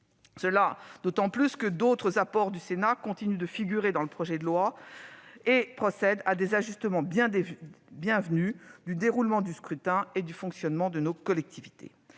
droit, c'est une nécessité. D'autres apports du Sénat continuent de figurer dans le projet de loi et procèdent à des ajustements bienvenus du déroulement des scrutins et du fonctionnement des collectivités.